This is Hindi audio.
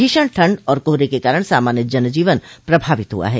भोषण ठंड और कोहरे के कारण सामान्य जनजीवन प्रभावित हुआ है